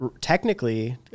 technically